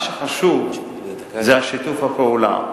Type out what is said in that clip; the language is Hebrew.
מה שחשוב זה שיתוף הפעולה,